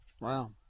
Wow